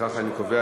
מי המתנגד?